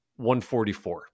144